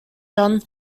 john